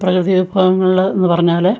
പ്രകൃതി വിഭവങ്ങളെന്നു പറഞ്ഞാല്